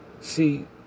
See